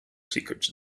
secrets